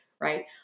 right